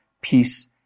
peace